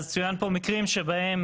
צוינו פה מקרים שבהם